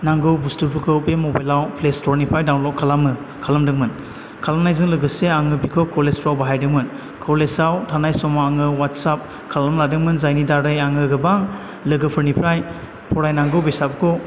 नांगौ बुस्थुफोरखौ बे मबाइलाव प्ले स्टरनिफ्राय डाउनलड खालामो खालामदोंमोन खालामनायजों लोगोसे आङो बेखौ कलेजफ्राव बाहायदोंमोन कलेजाव थानाय समाव आङो अवाटसाब खालाम लादोंमोन जायनि दारै आङो गोबां लोगोफोरनिफ्राय फरायनांगौ बेसादखौ